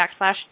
backslash